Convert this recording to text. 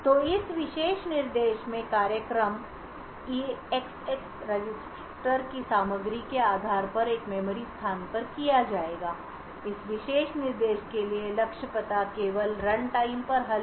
तो इस विशेष निर्देश में कार्यक्रम ईएक्सएक्स रजिस्टर की सामग्री के आधार पर एक मेमोरी स्थान पर जाएगा इस विशेष निर्देश के लिए लक्ष्य पता केवल रनटाइम पर हल किया जा सकता है और इसलिए यह निर्देश भी एक असुरक्षित निर्देश है